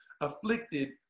afflicted